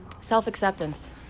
Self-acceptance